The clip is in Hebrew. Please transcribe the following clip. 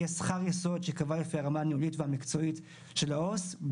יהיה שכר יסוד שייקבע לפי הרמה הניהולית והמקצועית של העו"ס,